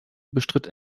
bestritt